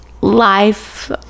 Life